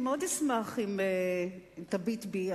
אני מאוד אשמח אם תביט בי,